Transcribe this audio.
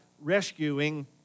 rescuing